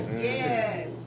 yes